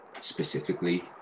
specifically